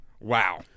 Wow